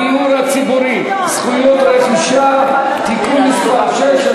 הצעת חוק הדיור הציבורי (זכויות רכישה) (תיקון מס' 6),